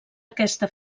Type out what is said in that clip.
aquesta